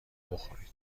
بخورید